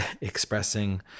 expressing